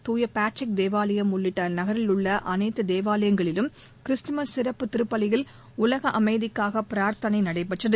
தூய பேட்ரிக் தேவாலயம் உள்ளிட்ட நகரில் உள்ள அனைத்து தேவாலயங்களிலும் கிறிஸ்துமஸ் சிறப்பு திருப்பலியில் உலக அமைதிக்காக பிரார்த்தனை நடைபெற்றது